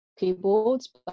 keyboards